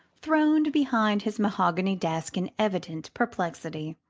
throned behind his mahogany desk in evident perplexity.